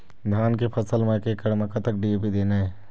धान के फसल म एक एकड़ म कतक डी.ए.पी देना ये?